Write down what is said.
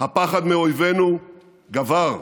הפחד מאויבינו גבר.